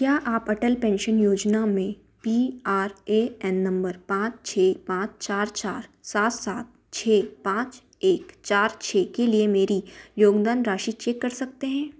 क्या आप अटल पेंशन योजना में P R A N number पाँच छ पाँच चार चार सात सात छ पाँच एक चार छ के लिए मेरी योगदान राशि चेक कर सकते हैं